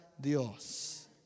Dios